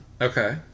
Okay